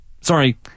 sorry